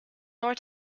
nor